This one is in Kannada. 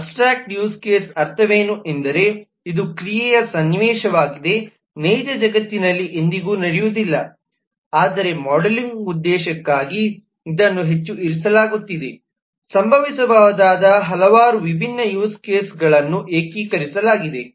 ಅಬ್ಸ್ಟ್ರಾಕ್ಟ್ ಯೂಸ್ ಕೇಸ್ ಅರ್ಥವೇನು ಎಂದರೆ ಇದು ಕ್ರಿಯೆಯ ಸನ್ನಿವೇಶವಾಗಿದೆ ನೈಜ ಜಗತ್ತಿನಲ್ಲಿ ಎಂದಿಗೂ ನಡೆಯುವುದಿಲ್ಲ ಆದರೆ ಮಾಡೆಲಿಂಗ್ ಉದ್ದೇಶಕ್ಕಾಗಿ ಇದನ್ನು ಹೆಚ್ಚು ಇರಿಸಲಾಗುತ್ತಿದೆ ಸಂಭವಿಸಬಹುದಾದ ಹಲವಾರು ವಿಭಿನ್ನ ಯೂಸ್ ಕೇಸ್ಗಳನ್ನು ಏಕೀಕರಿಸಿಲಾಗಿದೆ